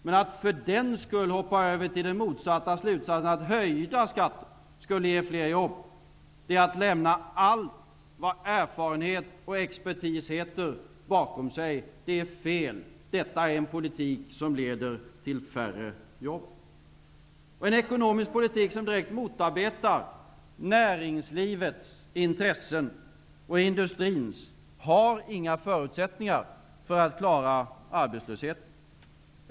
Men att för den skull hoppa över till den motsatta slutsatsen att höjda skatter skulle ge fler jobb är att lämna allt vad erfarenhet och expertis heter bakom sig. Det är fel. Det är en politik som leder till färre jobb. En ekonomisk politik som direkt motarbetar näringslivets och industrins intressen har inga förutsättningar att klara arbetslösheten.